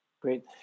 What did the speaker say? Great